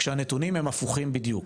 כשהנתונים הם הפוכים בדיוק.